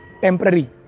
temporary